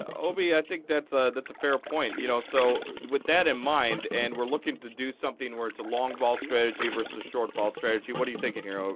obi, i think that's ah that's a fair point. you know so with that in mind, and we're looking to do something where it's a long vol strategy versus a short vol strategy. what do you thinking here,